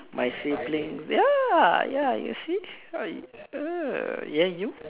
my siblings ya ya you see right !huh! ya you